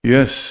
Yes